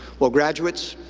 well, graduates,